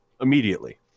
immediately